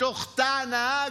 בתוך תא הנהג,